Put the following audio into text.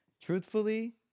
Truthfully